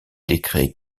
décret